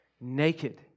naked